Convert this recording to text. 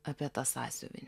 apie tą sąsiuvinį